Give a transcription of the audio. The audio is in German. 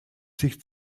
sich